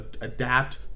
adapt